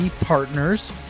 Partners